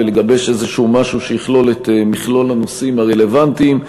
ולגבש איזשהו משהו שיכלול את מכלול הנושאים הרלוונטיים,